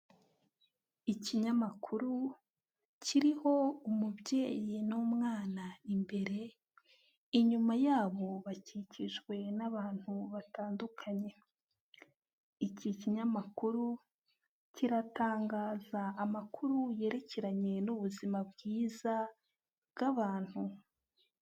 Ikinyamakuru kiriho umubyeyi n'umwana imbere, inyuma yabo bakikijwe n'abantu batandukanye, iki kinyamakuru kiratangaza amakuru yerekeranye n'ubuzima bwiza bw'abantu.